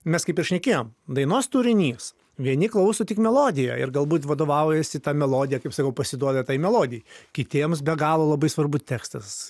mes kaip ir šnekėjom dainos turinys vieni klauso tik melodiją ir galbūt vadovaujasi ta melodija kaip sakau pasiduoda tai melodijai kitiems be galo labai svarbu tekstas